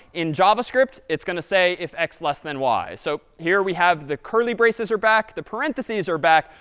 in javascript, it's going to say if x less than y. so here, we have the curly braces are back. the parentheses are back.